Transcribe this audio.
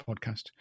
podcast